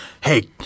Hey